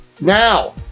Now